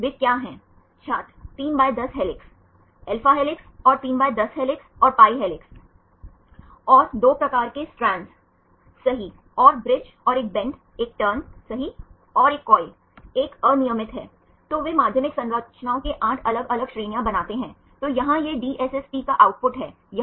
छात्र non redundant dataset का निर्माण हाँ क्योंकि यदि आप बड़े पैमाने पर डेटा का विश्लेषण करना चाहते हैं यदि आपके पास उदाहरण के लिए बड़ी संख्या में अनुक्रम हैं तो यदि आप सभी अनुक्रमों को शामिल करते हैं तो यह पूर्वाग्रह का परिचय दे सकता है